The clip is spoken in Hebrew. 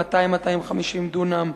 עם 200 250 דונם,